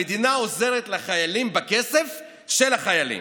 המדינה עוזרת לחיילים בכסף של החיילים,